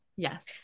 Yes